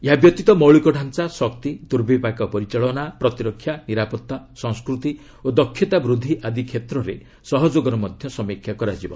ଏହାବ୍ୟତୀତ ମୌଳିକ ଢ଼ାଞା ଶକ୍ତି ଦୁର୍ବିପାକ ପରିଚାଳନା ପ୍ରତିରକ୍ଷା ନିରାପତ୍ତା ସଂସ୍କୃତି ଓ ଦକ୍ଷତାବୃଦ୍ଧି ଆଦି କ୍ଷେତ୍ରରେ ସହଯୋଗର ମଧ୍ୟ ସମୀକ୍ଷା କରାଯିବ